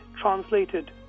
translated